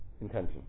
intention